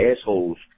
assholes